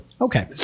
okay